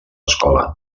escola